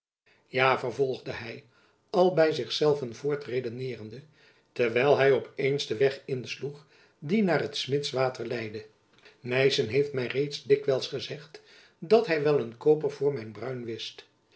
ja vervolgde hy al by zich zelven voortredeneerende terwijl hy op eens den weg insloeg die naar het smids water leidde nyssen heeft my reeds jacob van lennep elizabeth musch dikwijls gezegd dat hy wel een kooper voor mijn bruin wist